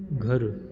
घर